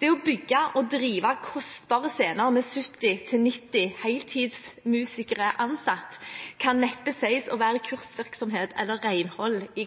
Det å bygge og drive kostbare scener med 70–90 heltidsmusikere ansatt kan neppe sies å være kursvirksomhet, eller renhold, i